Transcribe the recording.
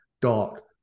Dark